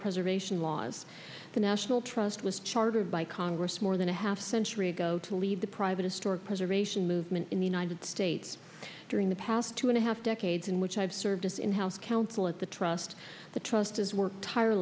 preservation laws the national trust was chartered by congress more than a half century ago to lead the private historic preservation movement in the united states during the past two and a half decades in which i have served as in house counsel at the trust the trust has work